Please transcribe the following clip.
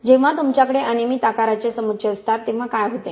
जेव्हा तुमच्याकडे अनियमित आकाराचे समुच्चय असतात तेव्हा काय होते